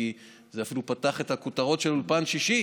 כי זה אפילו פתח את הכותרות של אולפן שישי: